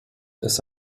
ist